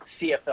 CFL